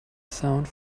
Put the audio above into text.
sound